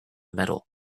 metal